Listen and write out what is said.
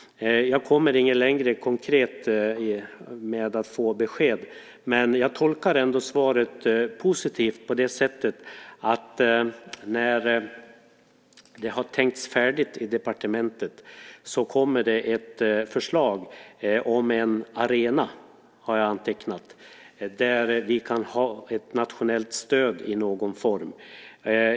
Jag kommer inte längre när det gäller att få konkret besked, men jag tolkar ändå svaret positivt på det sättet att när det har tänkts färdigt i departementet kommer det ett förslag om en arena, har jag antecknat, för ett nationellt stöd i någon form.